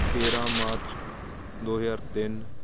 ਤੇਰ੍ਹਾਂ ਮਾਰਚ ਦੋ ਹਜ਼ਾਰ ਤਿੰਨ